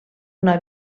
una